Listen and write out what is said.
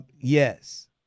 yes